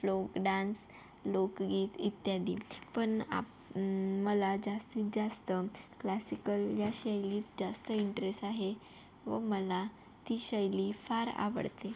flock dance लोकगीत इत्यादी पण आप मला जास्तीत जास्त क्लासिकल या शैलीत जास्त इंट्रेस आहे व मला ती शैली फार आवडते